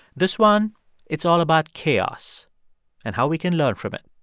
this one it's all about chaos and how we can learn from it.